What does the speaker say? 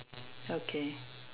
okay